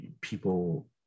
people